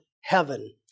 Heaven